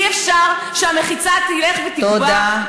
אי-אפשר שהמחיצה תלך ותגבה, תודה.